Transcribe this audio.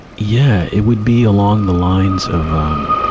yeah, it would be along the lines of, um,